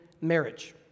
marriage